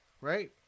right